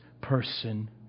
person